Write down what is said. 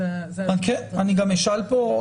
אני גם אשאל פה,